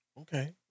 Okay